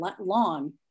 long